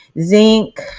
zinc